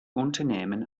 unternehmen